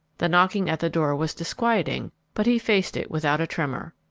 the knocking at the door was disquieting but he faced it without a tremor.